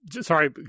sorry